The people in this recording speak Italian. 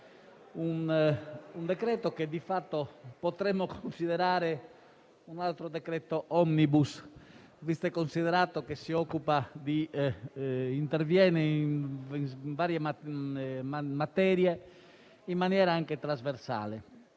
un decreto-legge che, di fatto, potremmo considerare un altro decreto *omnibus*, visto e considerato che interviene in varie materie in maniera anche trasversale: